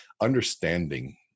understanding